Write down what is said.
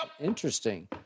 Interesting